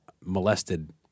molested